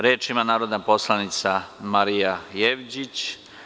Reč ima narodna poslanica Marija Jevđić.